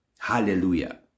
Hallelujah